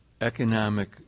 economic